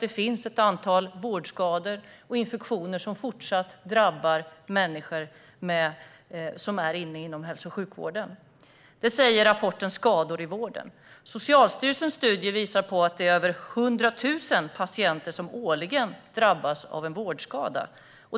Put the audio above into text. Det finns ett antal vårdskador och infektioner som fortsatt drabbar människor inom hälso och sjukvården. Detta säger rapporten Skador i vården . Socialstyrelsens studie visar att över 100 000 patienter årligen drabbas av en vårdskada.